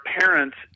parents